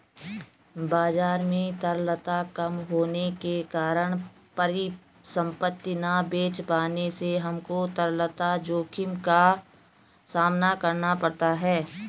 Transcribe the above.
बाजार में तरलता कम होने के कारण परिसंपत्ति ना बेच पाने से हमको तरलता जोखिम का सामना करना पड़ता है